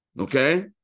Okay